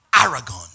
Aragon